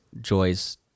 Joy's